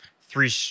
three